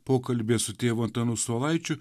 pokalbyje su tėvu antanu saulaičiu